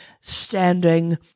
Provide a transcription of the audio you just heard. standing